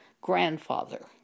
grandfather